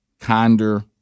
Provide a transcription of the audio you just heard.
kinder